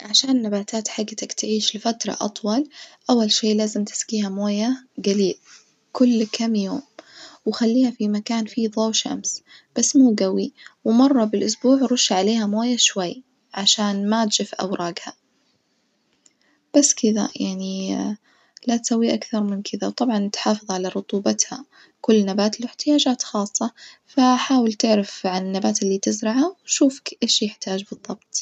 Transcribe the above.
عشان النباتات حجتك تعيش لفترة أطول أول شي لازم تسجيها موية جليل كل كام يوم، وخليها في مكان في ظو شمس بس مو جوي ومرة بالاسبوع رش عليها موية شوي عشان ما تجف اوراجها بس كدة لا تسوي أكثر من كدة، وطبعًا تحافظ على رطوبتها كل نبات له احتياجات خاصة، فحاول تعرف عن النبات اللي تزرعه شوف ك إيش يحتاج بظبط.